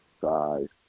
size